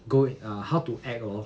go in err how to act lor